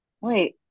Wait